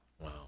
Wow